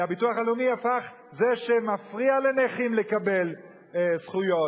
והביטוח הלאומי הפך זה שמפריע לנכים לקבל זכויות.